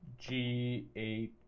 G8